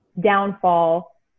downfall